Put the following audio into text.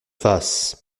face